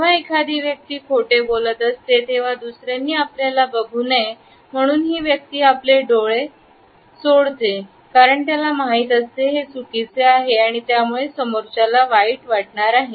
जेव्हा एखादी व्यक्ती खोटे बोलत असते तेव्हा दुसऱ्यांनी आपल्याला बघू नये म्हणून ही व्यक्ती आपले डोळे चाहते कारण त्याला माहित असते हे चुकीचे आहे आणि यामुळे समोरच्याला वाईट वाटणार आहे